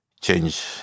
change